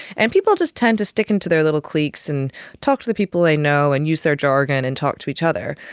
and people just tend to stick to their little cliques and talk to the people they know and use their jargon and talk to each other.